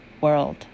world